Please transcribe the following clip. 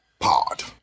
Pod